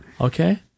Okay